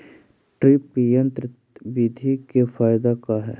Drip तन्त्र बिधि के फायदा का है?